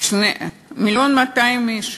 1.2 מיליון איש.